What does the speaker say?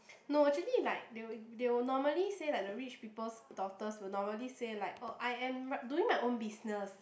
no actually like they would they would normally say like the rich people's daughters will normally say like oh I am doing my own business